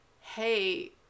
hey